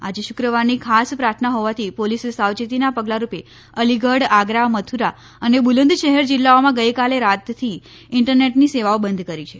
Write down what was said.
આજે શુક્રવારની ખાસ પ્રાર્થના હોવાથી પોલીસે સાવચેતીના પગલારૂપે અલીગઢ આગ્રા મથુરા અને બુલંદ શહેર જિલ્લાઓમાં ગઈકાલે રાતથી ઈન્ટરનેટ સેવાઓ બંધ કરી છે